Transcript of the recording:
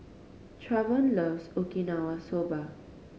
Travon loves Okinawa Soba